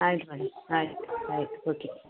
ಆಯ್ತು ಮೇಡಮ್ ಆಯಿತು ಆಯಿತು ಓಕೆ